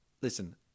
Listen